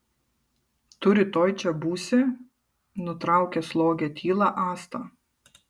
tu rytoj čia būsi nutraukė slogią tylą asta